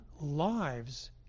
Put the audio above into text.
lives